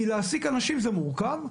כי להעסיק אנשים זה מורכב,